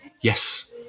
Yes